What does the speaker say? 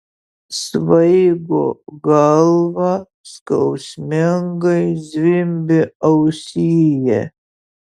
svaigo galva skausmingai zvimbė ausyje